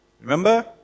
Remember